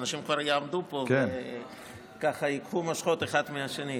שאנשים יעמדו פה וייקחו מושכות אחד מהשני,